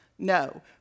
No